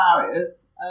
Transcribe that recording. barriers